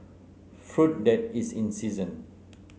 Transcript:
fruit that is in season